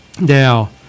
Now